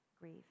grieve